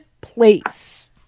place